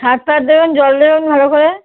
সার টার দেবেন জল দেবেন ভালো করে